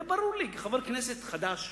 היה ברור לי, כחבר כנסת חדש,